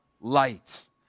light